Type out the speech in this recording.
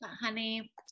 honey